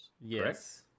Yes